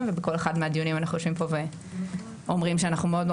ובכל אחד מהדיונים אנחנו יושבים כאן ואומרים שאנחנו מאוד מאוד